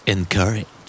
Encourage